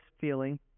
feeling